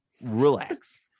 relax